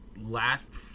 last